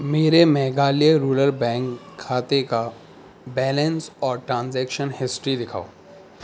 میرے Meghalaya rural bank کھاتے کا بیلنس اور ٹرانزیکشن ہسٹری دکھاؤ